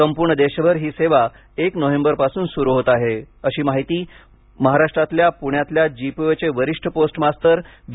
संपूर्ण देशभर ही सेवा एक नोव्हेंबरपासून सुरू होत आहे अशी माहिती महाराष्ट्रातील पुण्यातल्या जीपीओचे वरीष्ठ पोस्टमास्तर बी